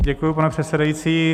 Děkuji, pane předsedající.